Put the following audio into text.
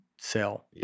sell